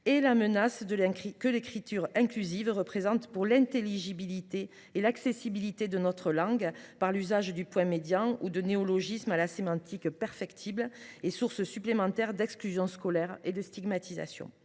la menace que l’écriture inclusive représente pour l’intelligibilité et l’accessibilité de notre langue par l’usage du point médian ou de néologismes à la sémantique perfectible et source supplémentaire d’exclusion scolaire et de stigmatisation.